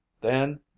Then